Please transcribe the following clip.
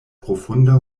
profunda